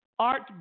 Art